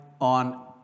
on